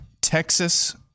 Texas